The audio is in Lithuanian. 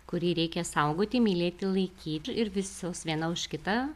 kurį reikia saugoti mylėti laiky ir visos viena už kitą